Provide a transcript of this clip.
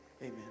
Amen